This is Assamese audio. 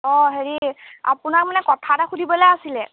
অঁ হেৰি আপোনাক মানে কথা এটা সুধিবলৈ আছিলে